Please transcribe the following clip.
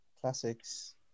Classics